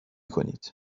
کنید